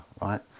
right